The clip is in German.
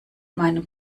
meinem